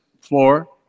floor